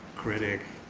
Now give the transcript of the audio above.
critic,